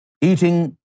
eating